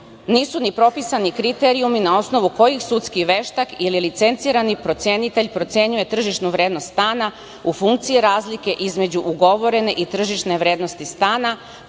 nisu ni propisani kriterijumi na osnovu kojih sudski veštak ili licencirani procenitelj procenjuje tržišnu vrednost stana u funkciji razlike između ugovorene i tržišne vrednosti stana